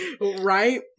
right